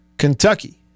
Kentucky